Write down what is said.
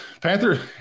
Panther